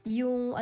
yung